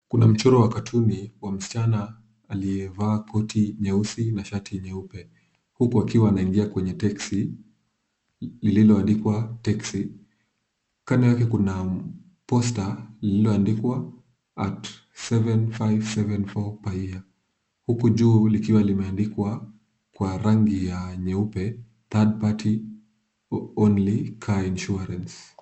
Kuna mchoro wa katuni wa msichana aliyevaa koti nyeusi na shati nyeupe. Huku akiwa anaingia kwenye teksi lililoandikwa TEKSI. Kando yake kuna posta lililoandikwa at 7574 per year . Huku juu likiwa limeandikwa kwa rangi ya nyeupe, THIRD PARTY ONLY CAR INSURANCE .